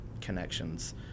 connections